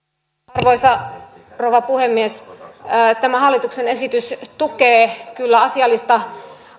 arvoisa rouva puhemies tämä hallituksen esitys tukee kyllä asiallista